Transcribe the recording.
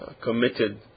committed